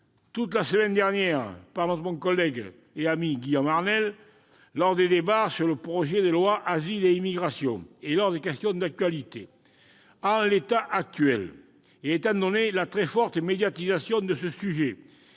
toute la semaine dernière, par mon collègue et ami Guillaume Arnell, au cours des débats sur le projet de loi Asile et immigration, et lors des questions d'actualité. En l'état actuel, et étant donné la très forte médiatisation de ce sujet,